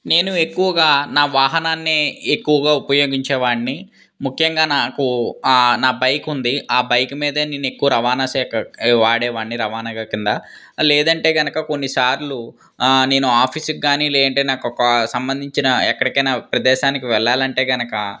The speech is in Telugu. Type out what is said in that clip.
నేను ఎక్కువగా నా వాహనాన్ని ఎక్కువగా ఉపయోగించే వాడిని ముఖ్యంగా నాకు నా బైకు ఉంది ఆ బైకు మీద నేను ఎక్కువగా రవాణా శాఖ వాడే వాడిని రవాణాగా కింద లేదంటే కనుక కొన్నిసార్లు నేను ఆఫీస్కి కానీ లేదంటే నాకు ఒక సంబంధించిన ఎక్కడికైనా ప్రదేశానికి వెళ్ళాలి అంటే కనుక